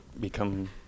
become